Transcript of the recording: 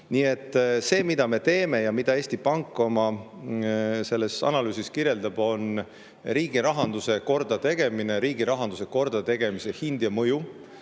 Nii et see, mida me teeme ja mida Eesti Pank oma analüüsis kirjeldab, on riigi rahanduse kordategemine.[Ja see on] riigi rahanduse kordategemise hind ja mõju.